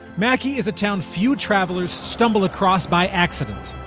mackay is a town few travelers stumble across by accident.